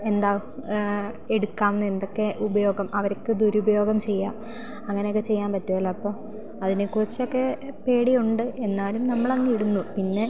എന്താ എടുക്കാമെന്ന് എന്തൊക്കെ ഉപയോഗം അവർക്ക് ദുരുപയോഗം ചെയ്യാം അങ്ങനെയൊക്കെ ചെയ്യാൻ പറ്റുമല്ലോ അപ്പോൾ അതിനെ കുറിച്ചൊക്കെ പേടിയുണ്ട് എന്നാലും നമ്മളങ്ങിടുന്നു പിന്നെ